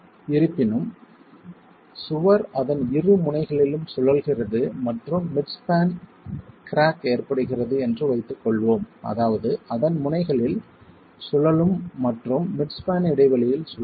இருப்பினும் சுவர் அதன் இரு முனைகளிலும் சுழல்கிறது மற்றும் மிட் ஸ்பான் கிராக் ஏற்படுகிறது என்று வைத்துக்கொள்வோம் அதாவது அதன் முனைகளில் சுழலும் மற்றும் மிட் ஸ்பான் இடைவெளியில் சுழலும்